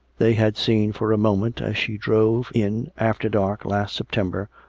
they had seen, for a moment, as she drove in after dark last september,